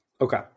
Okay